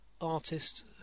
artist